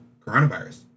coronavirus